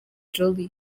jolly